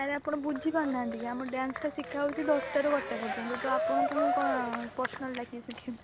କାହିଁକି ନା ଆପଣ ବୁଝିପାରୁନାହାନ୍ତି କି ଆମ ଡ୍ୟାନ୍ସଟା ଶିଖା ହେଉଛି ଦଶଟାରୁ ଗୋଟେ ପର୍ଯ୍ୟନ୍ତ ତ ଆପଣଙ୍କୁ ମୁଁ କ'ଣ ପର୍ସନାଲ୍ ଡାକିକି ଶିଖାଇବି